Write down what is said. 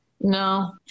No